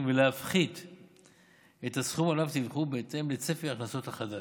ולהפחית את הסכום שעליו דיווחו בהתאם לצפי ההכנסות החדשות,